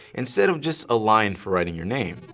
instead of just a line for writing your name.